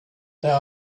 there